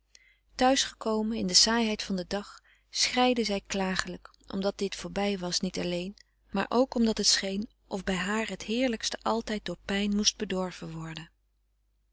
gekomen in de saaiheid van den dag schreide zij klagelijk omdat dit voorbij was niet alleen maar ook omdat het scheen of bij haar het heerlijkste altijd door pijn moest bedorven worden